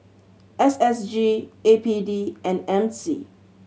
S S G A P D and M C